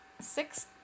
six